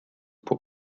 pour